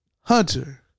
Hunter